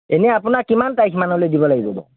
এনেই আপোনাৰ কিমান তাৰিখমানলৈ দিব লাগিব